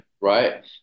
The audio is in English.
Right